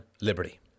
liberty